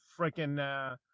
freaking